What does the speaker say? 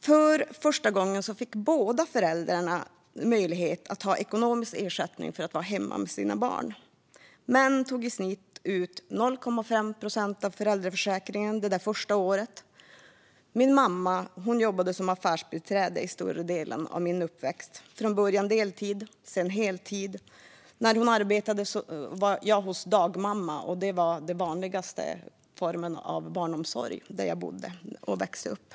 För första gången fick båda föräldrarna möjlighet att få ekonomisk ersättning för att vara hemma med sina barn. Män tog i snitt ut 0,5 procent av föräldraförsäkringen det där första året. Min mamma jobbade som affärsbiträde under större delen av min uppväxt, från början deltid och sedan heltid. När hon arbetade var jag hos dagmamma. Det var den vanligaste formen av barnomsorg där jag bodde och växte upp.